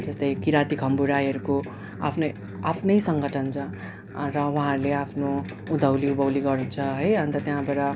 जस्तै किराँती खम्बु राईहरूको आफ्नै आफ्नै सङ्गठन छ र उहाँहरले आफ्नो उँधौली उँभौली गर्नुहुन्छ है र अन्त त्यहाँबाट